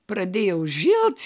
pradėjau žilt